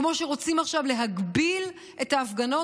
כמו שרוצים עכשיו להגביל את ההפגנות,